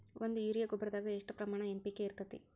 ಒಂದು ಯೂರಿಯಾ ಗೊಬ್ಬರದಾಗ್ ಎಷ್ಟ ಪ್ರಮಾಣ ಎನ್.ಪಿ.ಕೆ ಇರತೇತಿ?